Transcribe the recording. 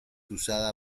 usada